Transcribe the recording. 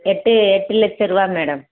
எட்டு எட்டு லட்சரூவா மேடம்